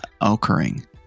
occurring